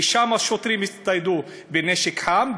כי שם השוטרים הצטיידו בנשק חם,